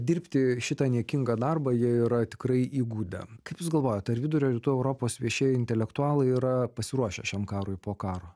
dirbti šitą niekingą darbą jie yra tikrai įgudę kaip jūs galvojat ar vidurio rytų europos viešieji intelektualai yra pasiruošę šiam karui po karo